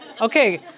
Okay